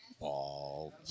Ball